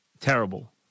terrible